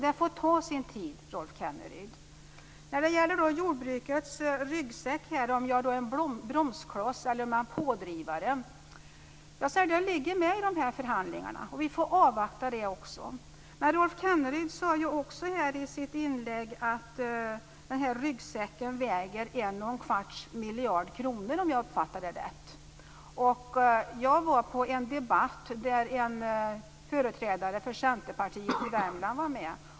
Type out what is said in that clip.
Det får ta sin tid, Rolf Sedan var det frågan om jordbrukets ryggsäck. Är jag en bromskloss eller en pådrivare? Ja, detta finns med i förhandlingarna, och vi får avvakta resultatet. Rolf Kenneryd sade i sitt inlägg att ryggsäcken väger en och en kvarts miljard kronor. Jag deltog i en debatt där en företrädare för Centerpartiet i Värmland var med.